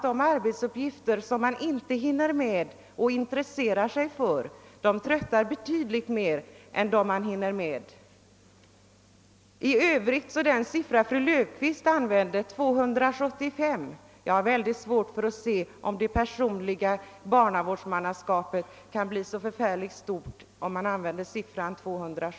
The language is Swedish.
De arbetsuppgifter man intresserar sig för men inte hinner med tröttar betydligt mer än de man hinner med. Vad beträffar den siffra som fru Löfqvist anförde — 275 fall per barnavårdsman — så har jag mycket svårt att förstå att utrymmet för personligt barnavårdsmannaskap skulle kunna bli större vid detta antal.